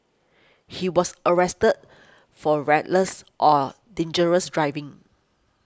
he was arrested for reckless or dangerous driving